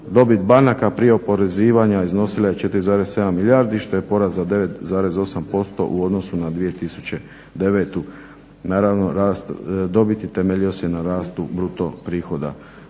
Dobit banaka prije oporezivanja iznosila je 4,7 milijardi što je porast za 9,8% u odnosu na 2009. Naravno rast dobiti temeljio se i na rastu bruto prihoda.